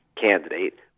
candidate